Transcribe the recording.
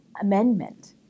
Amendment